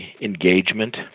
engagement